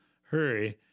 hurry